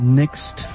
next